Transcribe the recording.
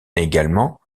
également